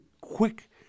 quick